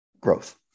growth